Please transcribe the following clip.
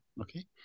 Okay